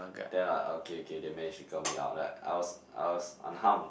then like okay okay they managed to got me out like I was I was unharmed